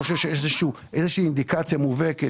אני לא חושב שיש איזושהי אינדיקציה מובהקת